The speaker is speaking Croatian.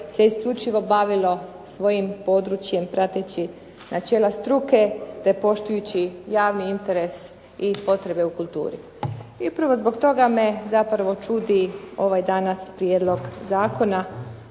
se isključivo bavilo svojim područjem prateći načela struke te poštujući javni interes i potrebe u kulturi. I upravo zbog toga me zapravo čudi ovaj danas prijedlog zakona